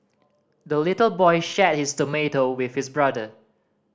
the little boy shared his tomato with his brother